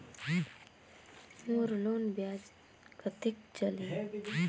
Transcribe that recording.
मोर loan ब्याज कतेक चलही?